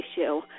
issue